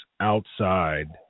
outside